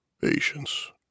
Patience